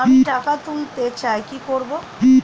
আমি টাকা তুলতে চাই কি করব?